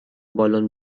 بالن